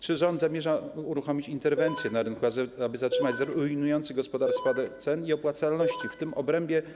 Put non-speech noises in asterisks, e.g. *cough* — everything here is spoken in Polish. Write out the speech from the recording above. Czy rząd zamierza uruchomić interwencję na rynku, aby *noise* zatrzymać rujnujący gospodarstwa spadek cen i opłacalności w tych strefach?